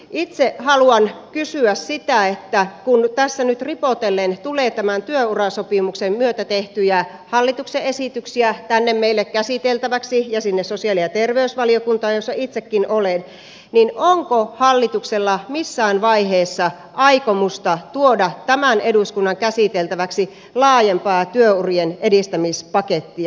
itse haluan kysyä sitä että kun tässä nyt ripotellen tulee tämän työurasopimuksen myötä tehtyjä hallituksen esityksiä tänne meille käsiteltäväksi ja sinne sosiaali ja terveysvaliokuntaan jossa itsekin olen niin onko hallituksella missään vaiheessa aikomusta tuoda tämän eduskunnan käsiteltäväksi laajempaa työurien edistämispakettia